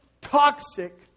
toxic